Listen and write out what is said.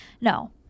No